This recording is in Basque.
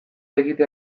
egite